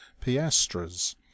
piastres